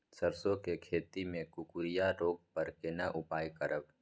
सरसो के खेती मे कुकुरिया रोग पर केना उपाय करब?